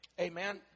Amen